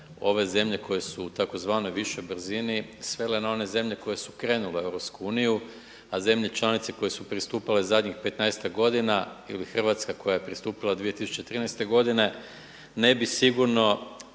ove zemlje koje su u tzv. višoj brzini svele na one zemlje koje su krenule u EU a zemlje članice koje su pristupale zadnjih 15-ak godina ili Hrvatska koja je pristupila 2013. godine ne bi sigurno